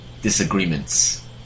disagreements